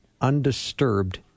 undisturbed